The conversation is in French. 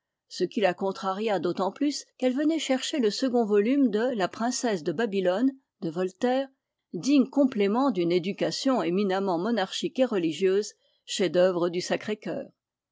ce qui la contraria d'autant plus qu'elle venait chercher le second volume de la princesse de babylone de voltaire digne complément d'une éducation éminemment monarchique et religieuse chef-d'oeuvre du sacré-coeur